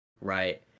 right